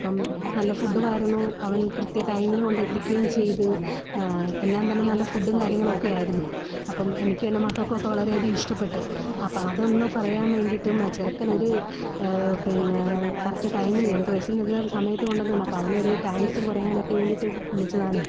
അപ്പം നല്ല ഫുഡ്ഡുമായിരുന്നു അവൻ കൃത്യടൈമിന് കൊണ്ടെത്തിക്കുകയും ചെയ്ത് എല്ലാം തന്നെ നല്ല ഫുഡും കാര്യങ്ങളൊക്കെ ആയിരുന്നു അപ്പം എനിക്കും എൻ്റെ മക്കൾക്കുമൊക്കെ വളരെയധികം ഇഷ്ടപ്പെട്ട് അപ്പം അതൊന്ന് പറയാൻ വേണ്ടീട്ടും ആ ചെറുക്കനൊരു പിന്നെ കറക്റ്റ് ടൈമിന് ഞങ്ങൾക്ക് വിശന്നിരുന്ന സമയത്ത് കൊണ്ടുതന്നു അപ്പം അവനൊരു താങ്ക്സ് പറയാനൊക്കെ വേണ്ടിയിട്ട് വിളിച്ചതാണേ